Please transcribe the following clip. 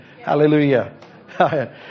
Hallelujah